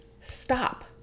stop